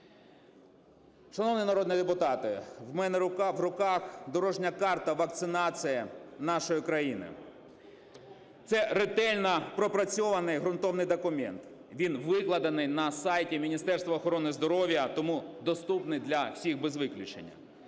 Шановні народні депутати, в мене в руках дорожня карта вакцинації нашої країни. Це ретельно пропрацьований ґрунтовний документ, він викладений на сайті Міністерства охорони здоров'я, тому доступний для всіх без виключення.